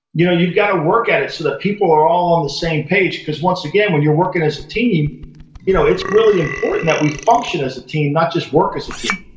you know you've got to work at it so that people are all on the same page because, once again, when you're working as a team you know it's really important that we function as a team, not just work as a team